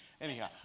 Anyhow